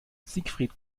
siegfried